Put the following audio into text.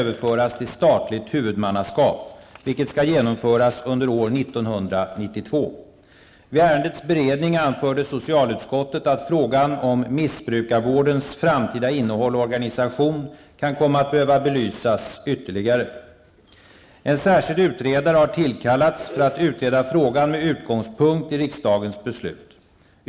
Vid ärendets beredning anförde socialutskottet att frågan om missbrukarvårdens framtida innehåll och organisation kan komma att behöva belysas ytterligare. En särskild utredare har tillkallats för att utreda frågan med utgångspunkt i riksdagens beslut.